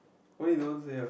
why you don't want to say ah